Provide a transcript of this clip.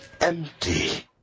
empty